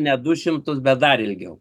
ne du šimtus bet dar ilgiau